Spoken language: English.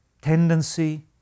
tendency